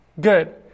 Good